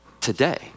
today